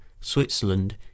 Switzerland